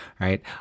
Right